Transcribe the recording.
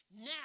Now